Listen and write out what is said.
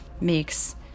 makes